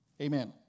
Amen